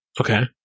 Okay